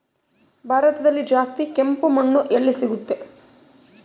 ಭಾರತದಲ್ಲಿ ಜಾಸ್ತಿ ಕೆಂಪು ಮಣ್ಣು ಎಲ್ಲಿ ಸಿಗುತ್ತದೆ?